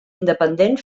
independent